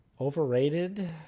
Overrated